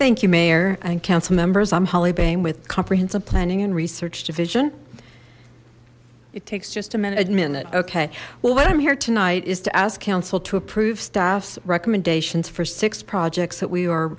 thank you mayor and councilmembers i'm holly bayne with comprehensive planning and research division it takes just a minute minute okay well what i'm here tonight is to ask council to approve staffs recommendations for six projects that we are